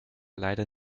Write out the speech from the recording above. leider